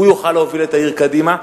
הוא יוכל להוביל את העיר קדימה.